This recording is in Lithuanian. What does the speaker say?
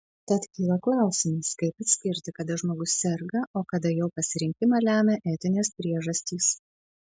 tad kyla klausimas kaip atskirti kada žmogus serga o kada jo pasirinkimą lemia etinės priežastys